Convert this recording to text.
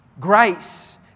Grace